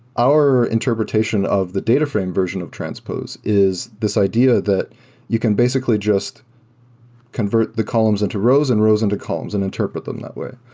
interpretation of the data frame version of transpose is this idea that you can basically just convert the columns into rows and rows into columns and interpret them that way.